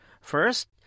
First